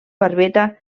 barbeta